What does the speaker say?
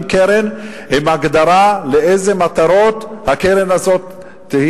קרן עם הגדרה של המטרות של כספי הקרן הזאת.